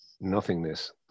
nothingness